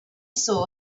saw